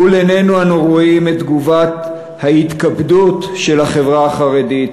מול עינינו אנו רואים את תגובת ההתקפדות של החברה החרדית